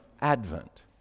Advent